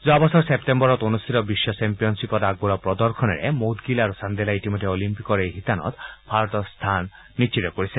যোৱা বছৰ ছেপ্তেম্বৰত অনুষ্ঠিত বিশ্ব চেম্পিয়নশ্বিপত আগবঢ়োৱা প্ৰদৰ্শনৰে মৌদগিল আৰু চাণ্ডেলাই ইতিমধ্যে অলিম্পিকৰ এই শিতানত ভাৰতৰ স্থান নিশ্চিত কৰিছে